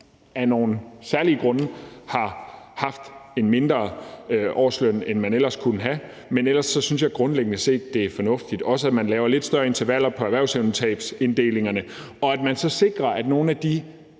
af nogle særlige grunde har haft en mindre årsløn, end man ellers kunne have haft, men ellers synes jeg grundlæggende set, at det er fornuftigt. Det gælder også, at man laver lidt større intervaller på erhvervsevnetabsinddelingerne, og at man så sikrer, at nogle af de